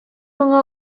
моңа